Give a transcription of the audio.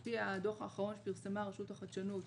על פי הדוח האחרון שפרסמה רשות החדשנות,